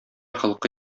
холкы